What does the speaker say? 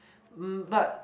um but